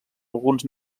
alguns